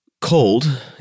cold